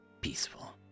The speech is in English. peaceful